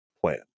plan